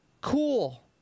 cool